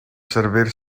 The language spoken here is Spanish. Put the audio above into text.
servir